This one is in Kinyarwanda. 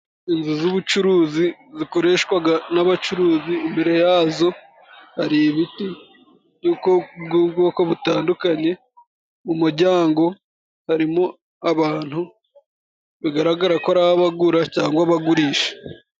Inzu z'ubucuruzi zikoreshwaga n'abacuruzi, imbere yazo hari ibiti' by'ubwoko butandukanye. Mu umujyango harimo abantu bigaragara ko ari abagura cyangwa abagurisha.